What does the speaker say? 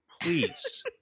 please